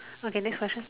okay next question